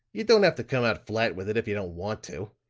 you don't have to come out flat with it if you don't want to.